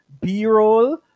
B-roll